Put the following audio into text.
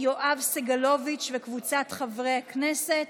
יואב סגלוביץ' וקבוצת חברי הכנסת.